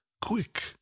Quick